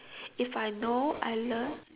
if I know I learn